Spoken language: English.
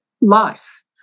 Life